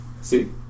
See